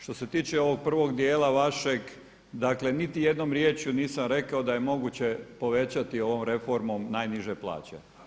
Što se tiče ovog prvog dijela vašeg, dakle niti jednom riječju nisam rekao da je moguće povećati ovom reformom najniže plaće.